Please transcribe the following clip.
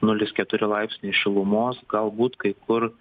nulis keturi laipsniai šilumos galbūt kai kur